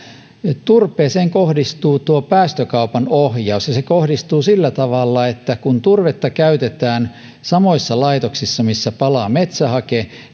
että turpeeseen kohdistuu päästökaupan ohjaus ja se kohdistuu sillä tavalla että kun turvetta käytetään samoissa laitoksissa joissa palaa metsähake